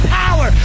power